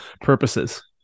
purposes